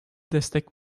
destek